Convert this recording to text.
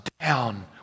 down